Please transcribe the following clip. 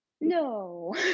no